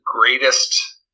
greatest